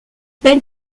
belle